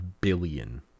billion